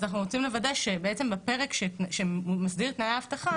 אז אנחנו רוצים לוודא שבפרק שמסדיר תנאי אבטחה,